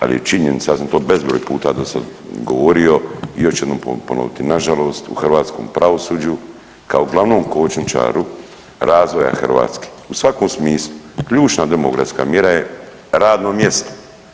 Al je činjenica, ja sam to bezbroj puta do sada govorio i još jednom ponoviti nažalost u hrvatskom pravosuđu kao glavnom kočničaru razvoja Hrvatske u svakom smislu ključna demografska mjera je radno mjesto.